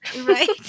Right